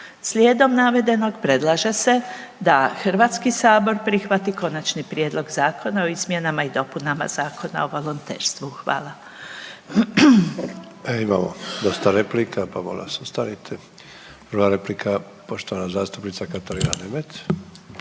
Slijedom navedenog predlaže se da HS prihvati Konačni prijedlog zakona o izmjenama i dopunama Zakona o volonterstvu. Hvala. **Sanader, Ante (HDZ)** Imamo dosta replika, pa molim vas ostanite. Prva replika poštovana zastupnica Katarina Nemet.